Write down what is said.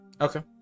Okay